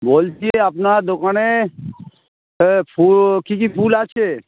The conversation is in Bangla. বলছি আপনার দোকানে ফু কী কী ফুল আছে